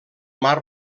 mar